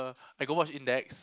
I got watch index